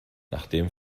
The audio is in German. nachdem